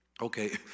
Okay